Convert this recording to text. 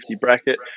bracket